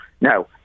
Now